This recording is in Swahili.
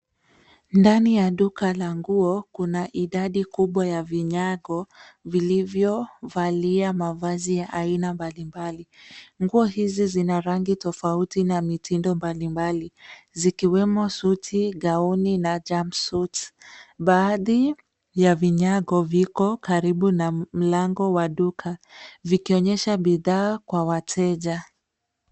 Ndani ya duka la nguo kuna idadi kubwa ya vinyago vilivyo valia mavazi aina mbalimbali nguo hizi zina rangi tofauti na miundo mbalimbali zikiwemo suti, gauni na jumpsuit(cs) baadhi ya vinyago viko karibu na mlango wa duka vikionyesha bidhaa kwa wateja.